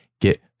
get